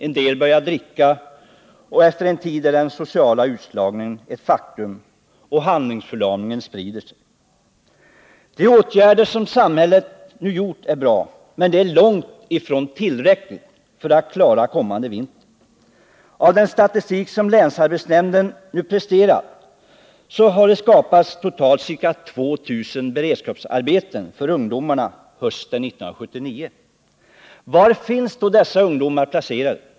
En del börjar dricka, och efter en tid är den sociala utslagningen ett faktum och handlingsförlamningen sprider sig. De åtgärder som samhället vidtagit är bra, men de är långt ifrån tillräckliga för att klara kommande vinter. Den statistik som länsarbetsnämnden nu tagit fram visar att det totalt har skapats ca 2 000 beredskapsarbeten för ungdomar hösten 1979. Var finns då dessa ungdomar placerade?